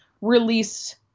release